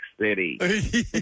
City